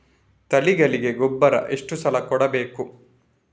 ತಳಿಗಳಿಗೆ ಗೊಬ್ಬರ ಎಷ್ಟು ಸಲ ಕೊಡಬೇಕು?